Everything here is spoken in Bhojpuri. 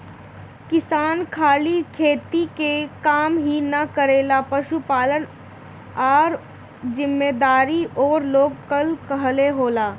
किसान खाली खेती के काम ही ना करेलें, पशुपालन आ अउरो जिम्मेदारी ऊ लोग कअ लगे होला